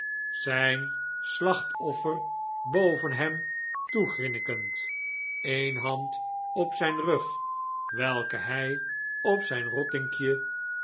zijn slachtoffer boven hem toegrinnikend een hand op zijn rug welke hij op zijn